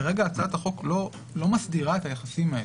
כרגע הצעת החוק לא מסדירה את היחסים האלה.